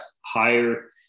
higher